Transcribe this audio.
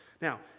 Now